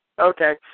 Okay